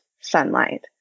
sunlight